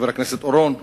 חבר הכנסת אורון,